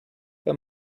but